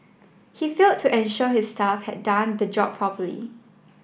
he failed to ensure his staff had done the job properly